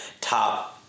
top